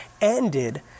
ended